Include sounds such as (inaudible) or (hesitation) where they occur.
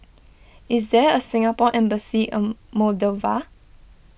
is there a Singapore Embassy (hesitation) Moldova